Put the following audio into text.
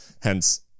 Hence